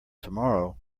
tomorrow